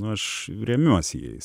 aš remiuosi jais